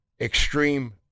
extreme